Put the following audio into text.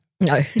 No